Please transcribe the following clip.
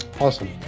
awesome